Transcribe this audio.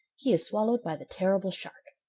he is swallowed by the terrible shark.